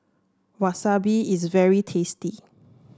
wasabi is very tasty